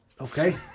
Okay